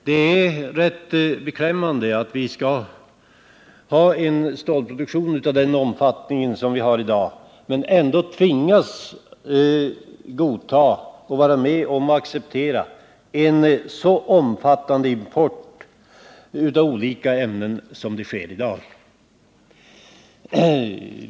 Det är rätt beklämmande att vi skall ha en stålproduktion av den omfattning som vi har i dag men ändå tvingas acceptera en omfattande import av olika ämnen.